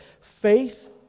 faith